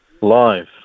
live